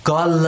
God